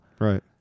Right